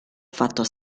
fatto